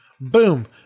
Boom